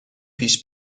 پیش